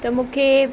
त मूंखे